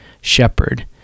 shepherd